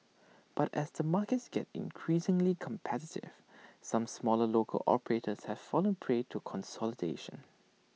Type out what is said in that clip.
but as the markets gets increasingly competitive some smaller local operators have fallen prey to consolidation